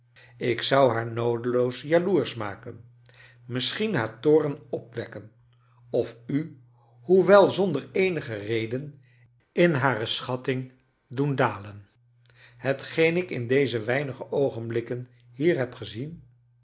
ik zou haar noodeioos jaloersch maken misschien haar toorn opwekken of u hoewel zonder eenige reden in hare schatting doen dalen hetgeen ik in deze weinige oogenblikken hier heb gezien